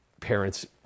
parents